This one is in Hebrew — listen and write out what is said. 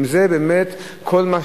אם זה כל ההבדל.